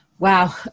Wow